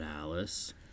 Alice